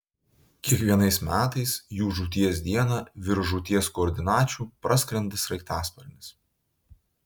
kiekvienais metais jų žūties dieną virš žūties koordinačių praskrenda sraigtasparnis